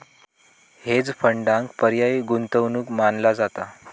hedge फंडांक पर्यायी गुंतवणूक मानला जाता